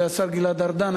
והשר גלעד ארדן,